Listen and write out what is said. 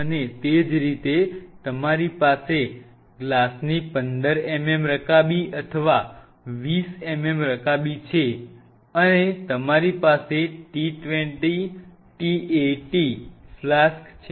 અને એ જ રીતે તમારી પાસે ગ્લાસની 15 mm રકાબી અથવા 20 mm રકાબી છે અને તમારી પાસે આ t 20 t 80 ફ્લાસ્ક છે